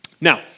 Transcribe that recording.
Now